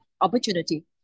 opportunity